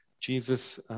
Jesus